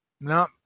no